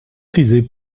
prisé